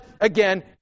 again